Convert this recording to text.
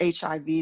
HIV